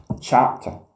chapter